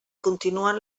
continuen